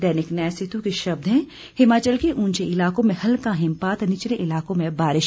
दैनिक न्याय सेतु के शब्द हैं हिमाचल के उंचे इलाकों में हल्का हिमपात निचले इलाकों में बारिश